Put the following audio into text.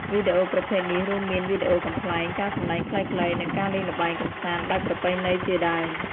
វីដេអូប្រភេទនេះរួមមាន វីដេអូកំប្លែង ការសម្តែងខ្លីៗ និងការលេងល្បែងកម្សាន្តបែបប្រពៃណីជាដើម។